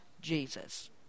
Jesus